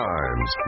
Times